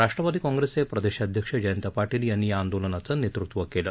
राष्ट्रवादी काँग्रेसचे प्रदेशाध्यक्ष जयंत पाटील यांनी या आंदोलनाचं नेतृत्व केलं